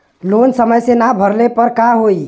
Loan समय से ना भरले पर का होयी?